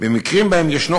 ללא הקטעים שנפסלו.